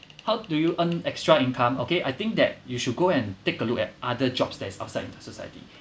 how do you earn extra income okay I think that you should go and take a look at other jobs that is outside of the society